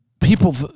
People